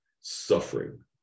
suffering